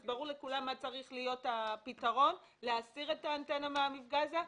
אז ברור לכולם מה צריך להיות הפתרון להסיר את האנטנה מהמפגע הזה.